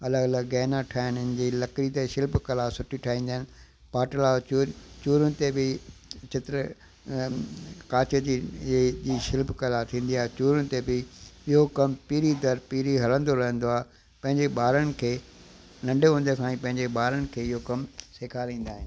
अलॻि अलॻि गहना ठाहींदा आहिनि जीअं लकिड़ी ते शिल्प कला सुठी ठाहींदा आहिनि पाटला चुर चुरियुनि ते बि चित्र ऐं कांच जी ईअं शिल्प कला थींदी आहे चूरनि ते बि इहो कमु पीढ़ी दर पीढ़ी हलंदो रहंदो आहे पंहिंजे ॿारनि खे नंढे हूंदे खां ई पंहिंजे ॿारनि खे इहो कमु सेखारींदा आहिनि